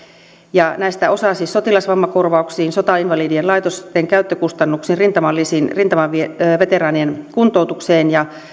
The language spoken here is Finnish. ja näistä osa siis sotilasvammakorvauksiin sotainvalidien laitosten käyttökustannuksiin rintamalisiin rintamaveteraanien kuntoutukseen